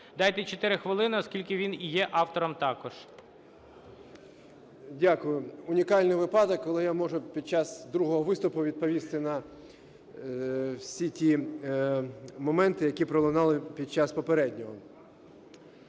Дайте 4 хвилини, оскільки він є автором також. 16:37:39 ГЕТМАНЦЕВ Д.О. Дякую. Унікальний випадок, коли я можу від час другого виступу відповісти на всі ті моменти, які пролунали під час попереднього.